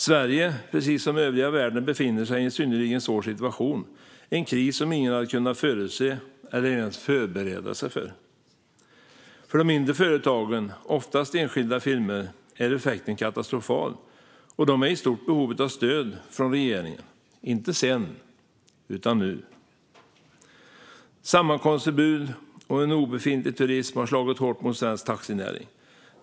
Sverige, precis som övriga världen, befinner sig i en synnerligen svår situation, en kris som ingen hade kunnat förutse eller ens förbereda sig för. För de mindre företagen, oftast enskilda firmor, är effekten katastrofal. De är i stort behov av stöd från regeringen, inte sedan utan nu. Sammankomstförbud och obefintlig turism har slagit hårt mot svensk taxinäring.